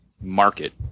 market